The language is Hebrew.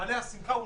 לבעלי השמחה,